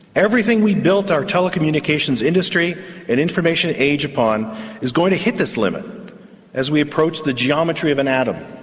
everything we built our telecommunications industry and information age upon is going to hit this limit as we approach the geometry of an atom.